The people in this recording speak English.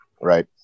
right